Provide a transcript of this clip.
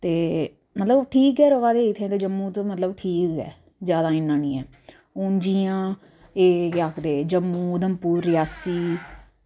ते ठीक गै रवा दे मतलब की जम्मू च ठीक गै र'वा दे ठीक गै जादै इन्ना निं ऐ हून जियां एह् केह् आखदे जम्मू उधमपुर रियासी